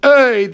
Hey